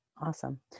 Awesome